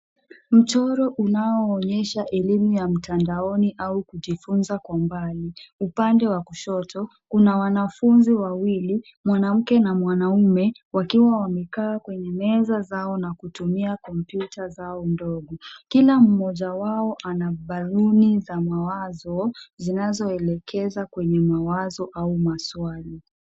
Mchoro uanaoonyesha elimu ya mtandaoni au kujifunza kwa mbali. Upande wa kushoto kuna wanafunzi wawili, mwanamke na mwanaume wakiwa wamekaa kwenye meza zao na kutumia kompyuta zao ndogo. Kila mmoja wao ana baluni za mawazo zinazoelekeza kwenye mawazo au maswali.